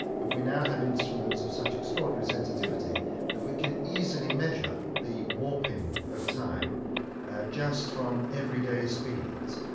but we now have instruments of such extraordinary sensitivity that we can easily measure the warping of time just from everyday speeds.